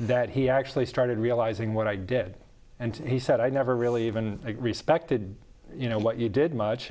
that he actually started realizing what i did and he said i never really even respected you know what you did much